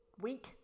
week